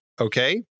Okay